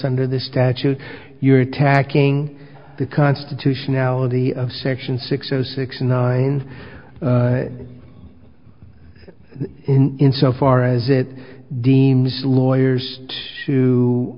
under the statute you're attacking the constitutionality of section six zero six nine in so far as it deems lawyers to